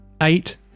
Eight